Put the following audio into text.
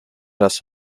das